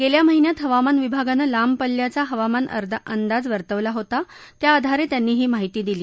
गख्खा महिन्यात हवामान विभगानं लांब पल्ल्याचा हवामान अंदाज वर्तवला होता त्या आधारत्यिांनी ही माहिती दिली